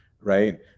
right